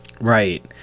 right